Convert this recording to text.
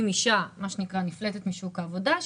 אם אישה נפלטת משוק העבודה,